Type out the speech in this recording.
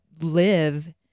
live